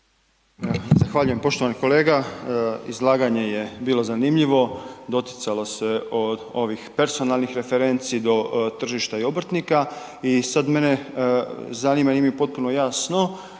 Zahvaljujem. Poštovani kolega, izlaganje je bilo zanimljivo, doticalo se od ovih personalnih referenci do tržišta i obrtnika i sad mene zanima, nije mi potpuno jasno,